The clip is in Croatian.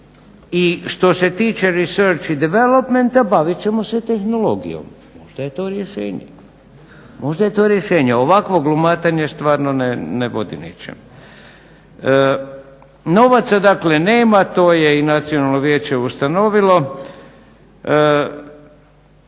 I što se tiče …/Govornik se ne razumije./… bavit ćemo se tehnologijom. Možda je to rješenje. Ovakvo glumatanje stvarno ne vodi ničemu. Novaca dakle nema. To je i Nacionalno vijeće ustanovilo.